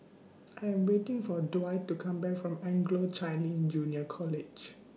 I Am waiting For Dwight to Come Back from Anglo Chinese Junior College